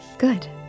Good